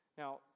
Now